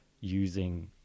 using